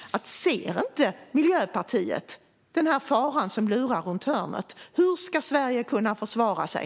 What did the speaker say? Ser inte Miljöpartiet den fara som lurar runt hörnet? Hur ska Sverige försvara sig?